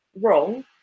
wrong